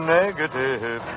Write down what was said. negative